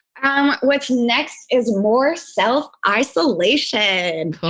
um what's next is more self isolation